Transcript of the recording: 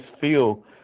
feel